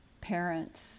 parents